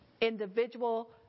Individual